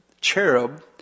cherub